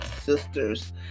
sisters